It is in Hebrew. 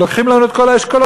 לוקחים לנו את כל האשכולות,